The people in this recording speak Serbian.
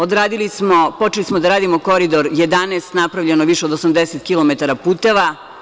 Odradili smo, počeli smo da radimo Koridor 11, napravljeno je više od 80 kilometara puteva.